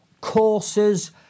courses